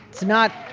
it's not.